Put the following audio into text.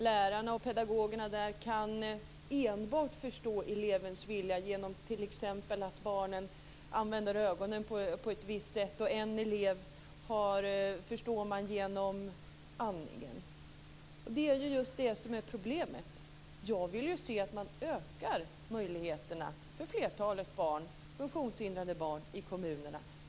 Lärarna och pedagogerna kan enbart förstå elevens vilja genom att barnet t.ex. använder ögonen på ett visst sätt eller att barnet använder sig av andningen. Det är det som är problemet. Jag vill se en ökning av möjligheterna för flertalet funktionshindrade barn i kommunerna.